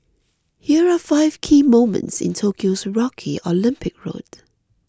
here are five key moments in Tokyo's rocky Olympic road